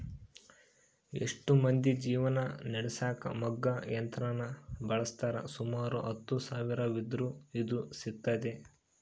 ಎಷ್ಟೊ ಮಂದಿ ಜೀವನ ನಡೆಸಕ ಮಗ್ಗ ಯಂತ್ರವನ್ನ ಬಳಸ್ತಾರ, ಸುಮಾರು ಹತ್ತು ಸಾವಿರವಿದ್ರ ಇದು ಸಿಗ್ತತೆ